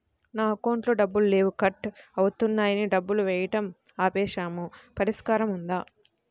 నా అకౌంట్లో డబ్బులు లేవు కట్ అవుతున్నాయని డబ్బులు వేయటం ఆపేసాము పరిష్కారం ఉందా?